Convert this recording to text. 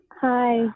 Hi